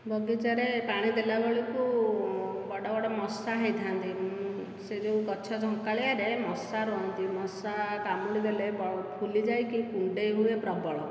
ବଗିଚାରେ ପାଣି ଦେଲା ବେଳକୁ ବଡ଼ ବଡ଼ ମଶା ହୋଇଥାନ୍ତି ସେ ଯେଉଁ ଗଛ ଝଙ୍କାଳିଆରେ ମଶା ରୁହନ୍ତି ମଶା କାମୁଡ଼ି ଦେଲେ ଫୁଲି ଯାଇକି କୁଣ୍ଡେଇ ହୁଏ ପ୍ରବଳ